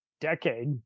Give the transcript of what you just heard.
decade